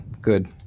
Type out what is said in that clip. good